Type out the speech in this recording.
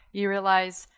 you realize,